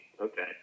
Okay